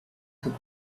took